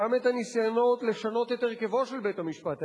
גם את הניסיונות לשנות את הרכבו של בית-המשפט העליון,